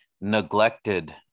neglected